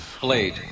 Blade